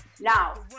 now